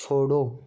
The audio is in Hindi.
छोड़ो